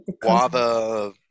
guava